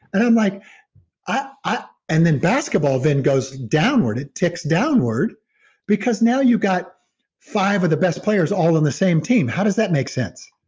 and um like and then basketball then goes downward. it ticks downward because now you got five of the best players all on the same team. how does that make sense?